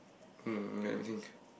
um let me think